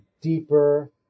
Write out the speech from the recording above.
deeper